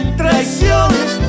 traiciones